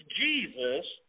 Jesus